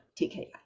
TKI